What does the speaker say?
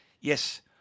Yes